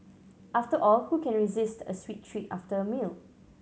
after all who can resist a sweet treat after a meal